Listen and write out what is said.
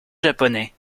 japonais